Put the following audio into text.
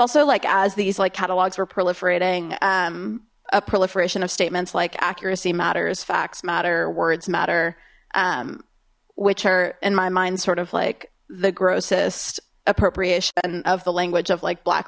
also like as these like catalogs were proliferating a proliferation of statements like accuracy matters facts matter words matter which are in my mind sort of like the grossest appropriation of the language of like black